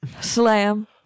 Slam